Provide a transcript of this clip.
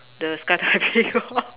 the skydiving lor